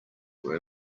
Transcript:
were